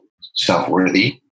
self-worthy